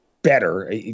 Better